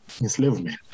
enslavement